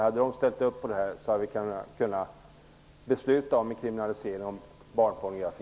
Hade de ställt upp hade vi kunnat besluta om en kriminalisering av barnpornografi.